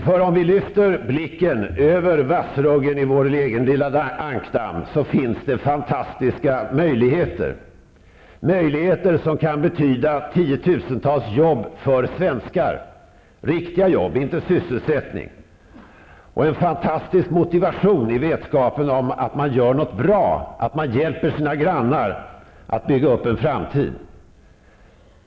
För om vi lyfter blicken över vassruggen i vår egen lilla ankdamm finns det fantastiska möjligheter -- möjligheter som kan betyda tiotusentals jobb för svenskar, riktiga jobb, inte sysselsättning, och en fantastisk motivation i vetskapen om att man gör något bra, att man hjälper sina grannar att bygga upp en framtid.